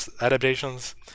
adaptations